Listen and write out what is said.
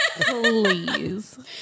Please